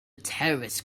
terrorist